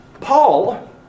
Paul